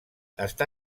està